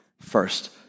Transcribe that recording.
first